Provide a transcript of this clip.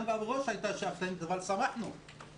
גם באבו גוש היא הייתה שאפתנית אבל שמחנו שהיא